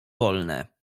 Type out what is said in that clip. wolne